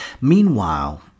Meanwhile